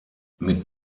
mit